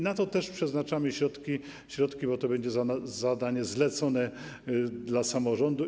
Na to też przeznaczamy środki, bo to będzie zadanie zlecone dla samorządu.